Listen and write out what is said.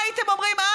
מה הייתם אומרים אז?